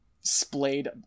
splayed